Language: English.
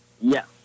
Yes